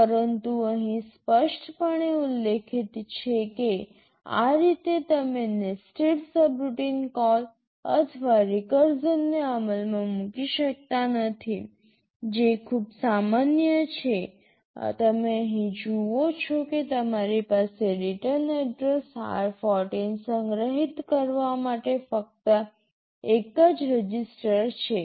પરંતુ અહીં સ્પષ્ટપણે ઉલ્લેખિત છે કે આ રીતે તમે નેસ્ટેડ સબરૂટીન કોલ અથવા રિકર્ઝન ને અમલમાં મૂકી શકતા નથી જે ખૂબ સામાન્ય છે તમે અહીં જુઓ છો કે તમારી પાસે રિટર્ન એડ્રેસ r14 સંગ્રહિત કરવા માટે ફક્ત એક જ રજિસ્ટર છે